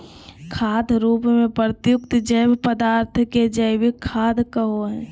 खाद रूप में प्रयुक्त जैव पदार्थ के जैविक खाद कहो हइ